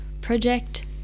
project